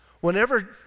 Whenever